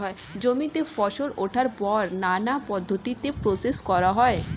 জমিতে ফসল ওঠার পর নানা পদ্ধতিতে প্রসেস করা হয়